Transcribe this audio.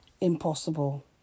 Impossible